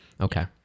okay